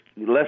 less